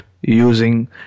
using